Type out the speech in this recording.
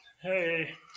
hey